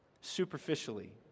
superficially